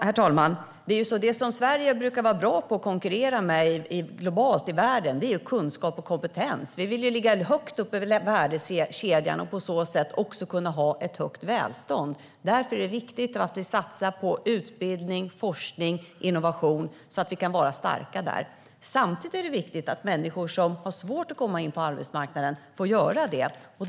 Herr talman! Det som Sverige brukar vara bra på att konkurrera med globalt är kunskap och kompetens. Vi vill ligga högt upp i värdekedjan och på så sätt också kunna ha ett högt välstånd. Därför är det viktigt att vi satsar på utbildning, forskning och innovation så att vi kan vara starka där. Samtidigt är det viktigt att människor som har svårt att komma in på arbetsmarknaden får göra det.